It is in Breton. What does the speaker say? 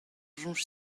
soñj